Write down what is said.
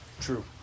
True